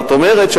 זאת אומרת,